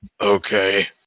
Okay